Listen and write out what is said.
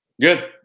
Good